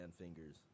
fingers